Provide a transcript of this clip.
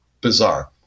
bizarre